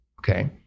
Okay